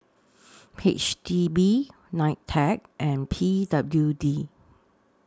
H D B NITEC and P W D